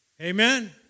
Amen